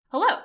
Hello